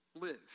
Live